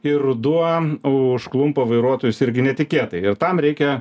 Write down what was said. ir ruduo užklumpa vairuotojus irgi netikėtai ir tam reikia